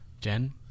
Jen